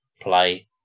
play